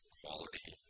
quality